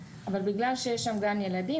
אבל בגלל שיש שם גן ילדים,